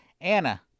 Anna